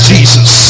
Jesus